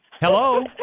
Hello